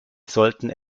sollten